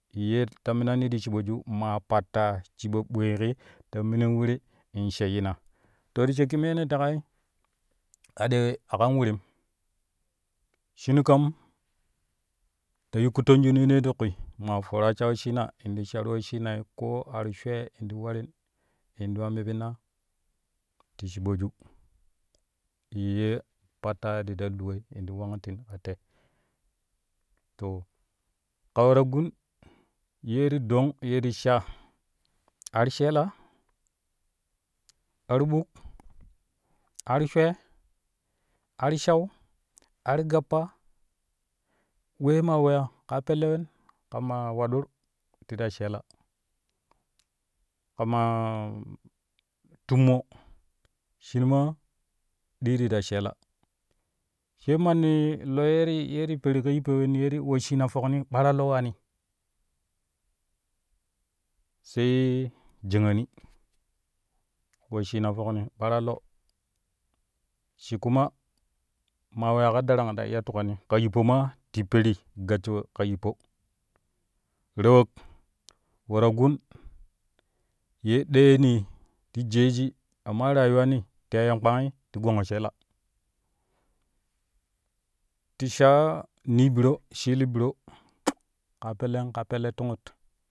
Ye ta minani ti shiɓoju maa pattaa shiɓa bwii ki ta mini wiri in sheiyyina ro ti shakki me ne teƙai aɗewe a kan wirim shinu kam ti yiu kuttoneeju ti kwi maa faraa sha wesshina in ti sharu wesshin koo ar shwee in to waron in to wa mibinna ti sho ɓoju ye pattaa ti ta luwoi te wangintin ta tai to ka we-ta-gun ye ti dong ye ta sha ar sheela, ar ɓut ar shwee, arshau argappa, wee ma weya ka pelle ka maa wadur ti ta sheela ka maa tummo shin maa dii ti ta sheela sai manni loi ye ti peru ka yoppoi wen ye wesshina fokni ɓana lo waani sai jakaani wesshina fokni ɓona lo shi kuma maa weya ka darang ta iya ki tukani ka yippo maa ti peri gassho we ka yippo rawok we-ta-gun ye ɗeeni te jeji amma rayuwani yen kpangi ti gongo sheela ti shaa nee biro shili biro ka pelle ke pelle tungut.